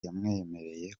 yamwemereye